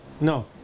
No